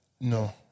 No